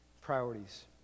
Priorities